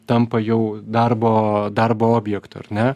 tampa jau darbo darbo objektu ar ne